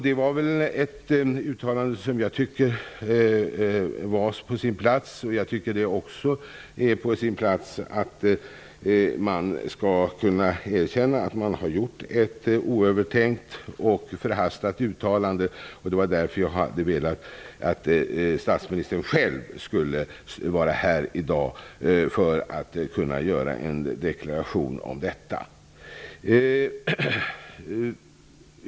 Det var ett uttalande som jag tycker var på sin plats. Jag tycker också att det är på sin plats att man erkänner att man har gjort ett oövertänkt och förhastat uttalande. Det var därför jag hade velat att statsministern själv skulle vara här i dag för att kunna göra en deklaration om detta.